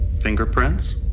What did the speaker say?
Fingerprints